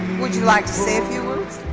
would you like to say a few words?